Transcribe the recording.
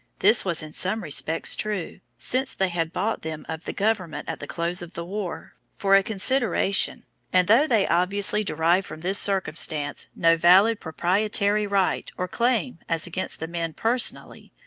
this was in some respects true, since they had bought them of the government at the close of the war for a consideration and though they obviously derived from this circumstance no valid proprietary right or claim as against the men personally,